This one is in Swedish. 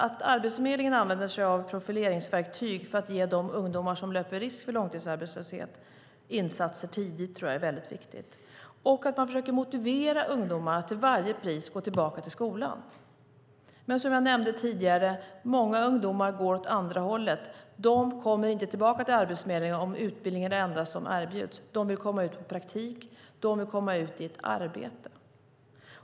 Att Arbetsförmedlingen använder sig av profileringsverktyg för att ge de ungdomar som löper risk för långtidsarbetslöshet insatser tidigt tror jag är väldigt viktigt, liksom att man försöker motivera ungdomar att till varje pris gå tillbaka till skolan. Men som jag nämnde tidigare går många ungdomar åt andra hållet. De kommer inte tillbaka till Arbetsförmedlingen om utbildning är det enda som erbjuds. De vill komma ut till praktik eller arbete.